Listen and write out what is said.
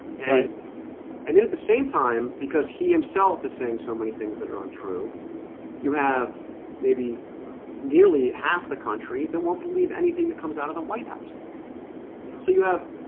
and and then at the same time because he himself is saying so many things that are untrue you have maybe nearly half the country that won't believe anything that comes out of the white house so you have